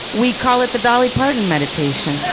we call it the dolly parton meditation